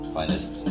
finest